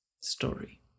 story